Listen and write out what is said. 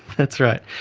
that's right.